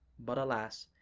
but alas,